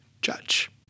judge